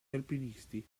alpinisti